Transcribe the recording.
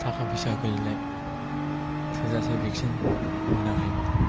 थाखा फसा गैयिलाय थोजासे भेक्सिन मोनाखैमोन